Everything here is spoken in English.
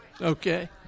Okay